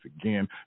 again